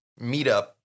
meetup